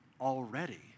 already